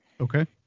Okay